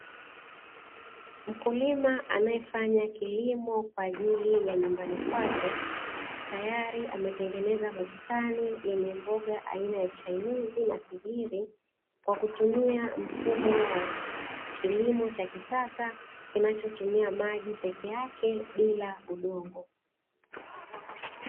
Mkulima anaefanya kilimo kwa ajili ya nyumbani kwake, tayari ametengeneza bustani yenye mboga aina ya chainizi na figili kwa kutumia mfumo wa kilimo cha kisasa kinachotumia maji peke ake bila udongo.